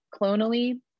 clonally